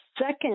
second